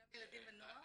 גם ילדים ונוער.